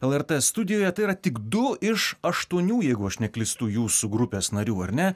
lrt studijoje tai yra tik du iš aštuonių jeigu aš neklystu jūsų grupės narių ar ne